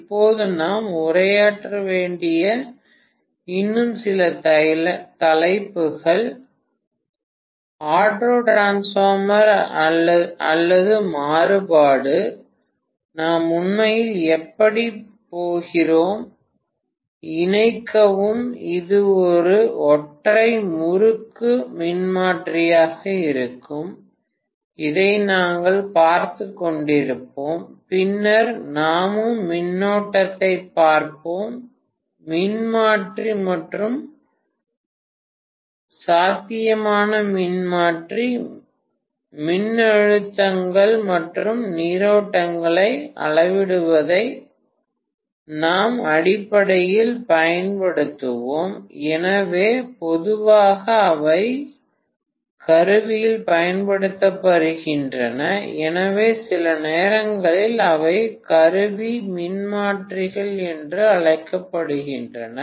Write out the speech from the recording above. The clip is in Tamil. இப்போது நாம் உரையாற்ற வேண்டிய இன்னும் சில தலைப்புகள் ஆட்டோட்ரான்ஸ்ஃபார்மர் அல்லது மாறுபாடு நாம் உண்மையில் எப்படிப் போகிறோம் இணைக்கவும் இது ஒற்றை முறுக்கு மின்மாற்றியாக இருக்கும் இதை நாங்கள் பார்த்துக் கொண்டிருப்போம் பின்னர் நாமும் மின்னோட்டத்தைப் பார்ப்போம் மின்மாற்றி மற்றும் சாத்தியமான மின்மாற்றி மின்னழுத்தங்கள் மற்றும் நீரோட்டங்களை அளவிடுவதற்கு நாம் அடிப்படையில் பயன்படுத்துவோம் எனவே பொதுவாக அவை கருவியில் பயன்படுத்தப்படுகின்றன எனவே சில நேரங்களில் அவை கருவி மின்மாற்றிகள் என்றும் அழைக்கப்படுகின்றன